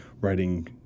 writing